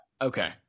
Okay